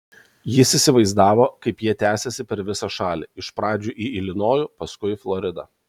jis įsivaizdavo kaip jie tęsiasi per visą šalį iš pradžių į ilinojų paskui į floridą